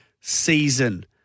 season